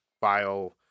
file